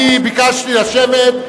אני ביקשתי לשבת.